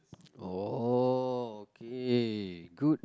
oh okay good